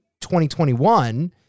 2021